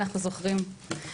אנחנו זוכרים.